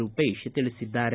ರೂಪೇಶ್ ತಿಳಿಸಿದ್ದಾರೆ